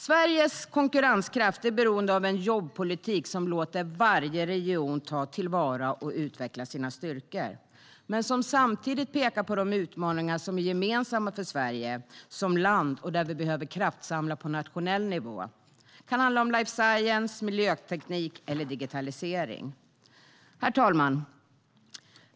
Sveriges konkurrenskraft är beroende av en jobbpolitik som låter varje region ta till vara och utveckla sina styrkor, men som samtidigt pekar på de utmaningar som är gemensamma för Sverige som land och där vi behöver kraftsamla på nationell nivå. Det kan handla om life science, miljöteknik eller digitalisering. Herr talman!